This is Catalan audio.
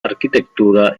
arquitectura